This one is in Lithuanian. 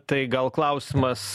tai gal klausimas